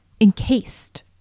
encased